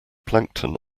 plankton